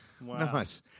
Nice